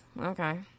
Okay